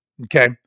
Okay